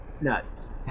nuts